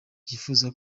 byifuza